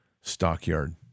stockyard